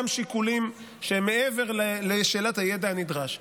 שיקולים שהם מעבר לשאלת הידע הנדרש.